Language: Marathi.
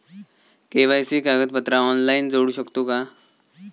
के.वाय.सी कागदपत्रा ऑनलाइन जोडू शकतू का?